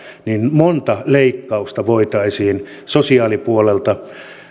monta leikkausta voitaisiin sosiaalipuolelta